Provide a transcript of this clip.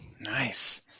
Nice